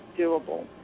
doable